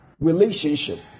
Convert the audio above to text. relationship